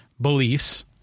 beliefs